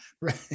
right